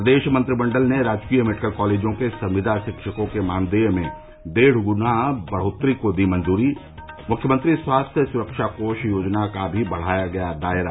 प्रदेश मंत्रिमंडल ने राजकीय मेडिकल कॉलेजों के संविदा शिक्षकों के मानदेय में डेढ़ गुना बढ़ोत्तरी को दी मंजूरी मुख्यमंत्री स्वास्थ्य सुरक्षा कोष योजना का भी बढ़ाया गया दायरा